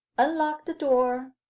unlock the door,